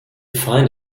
find